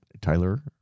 Tyler